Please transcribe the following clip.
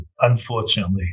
unfortunately